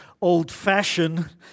old-fashioned